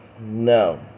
No